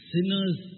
Sinners